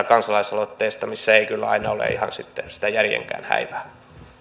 kansalaisaloitteista missä ei kyllä aina ole ihan sitä järjenkään häivää